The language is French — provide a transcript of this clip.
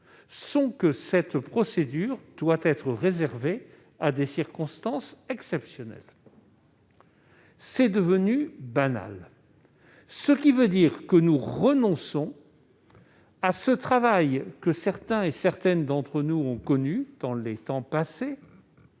que cette procédure doit être réservée à des circonstances exceptionnelles. Or elle est devenue banale. Cela signifie que nous renonçons au travail que certains et certaines d'entre nous ont connu dans des temps passés,